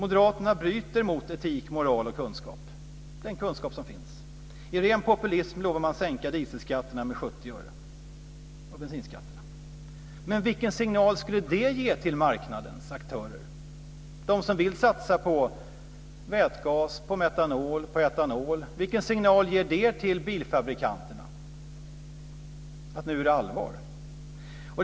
Moderaterna bryter mot etik, moral och kunskap, den kunskap som finns. I ren populism lovar man att sänka dieselskatterna och bensinskatterna med 70 öre. Men vilken signal skulle det ge till marknadens aktörer, de som vill satsa på vätgas, metanol, etanol? Vilken signal ger det till bilfabrikanterna om att det nu är allvar?